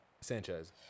Sanchez